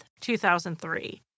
2003